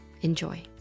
enjoy